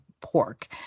pork